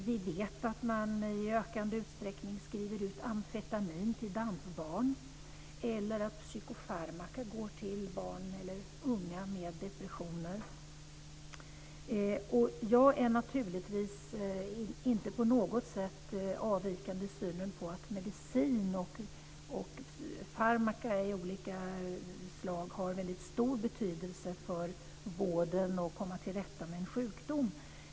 Vi vet att man i ökande utsträckning skriver ut amfetamin till DAMP-barn och att psykofarmaka går till barn eller unga med depressioner. Jag är naturligtvis inte på något sätt avvikande i synen på att medicin och farmaka av olika slag har väldigt stor betydelse för vården och när det gäller att komma till rätta med en sjukdom.